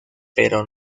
pero